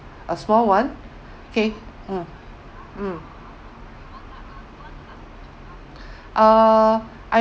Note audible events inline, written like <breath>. a small [one] okay mm mm <breath> uh I